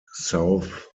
south